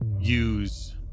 use